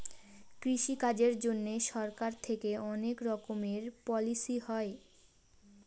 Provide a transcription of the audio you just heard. কৃষি কাজের জন্যে সরকার থেকে অনেক রকমের পলিসি হয়